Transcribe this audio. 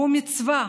הוא מצווה